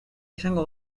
izango